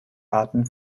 arten